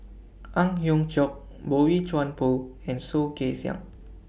Ang Hiong Chiok Boey Chuan Poh and Soh Kay Siang